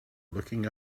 looking